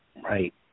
right